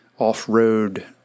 off-road